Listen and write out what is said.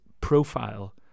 profile